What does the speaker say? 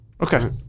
Okay